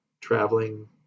traveling